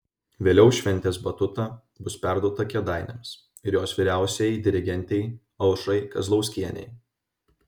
vėliau šventės batuta bus perduota kėdainiams ir jos vyriausiajai dirigentei aušrai kazlauskienei